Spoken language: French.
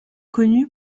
connu